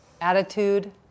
attitude